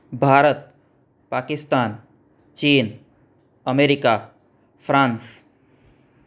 ભારત પાકિસ્તાન ચીન America France